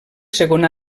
segon